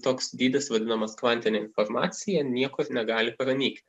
toks dydis vadinamas kvantine informacija niekur negali pranykti